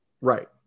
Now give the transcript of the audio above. Right